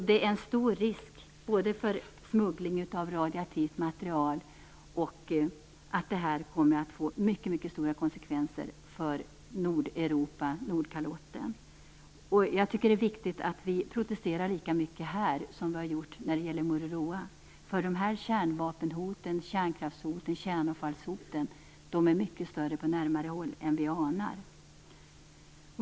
Det finns en stor risk både för smuggling av radioaktivt material och för mycket stora konsekvenser för Det är viktigt att vi protesterar lika mycket här som vi har gjort när det gäller Mururoa. De här kärnvapenhoten, kärnkraftshoten och kärnavfallshoten är mycket större på närmare håll än vi anar.